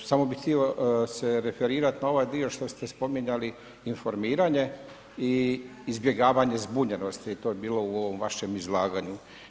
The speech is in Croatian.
Samo bih htio se referirati na ovaj dio što ste spominjali informiranje i izbjegavanje zbunjenosti, to je bilo u ovom vašem izlaganju.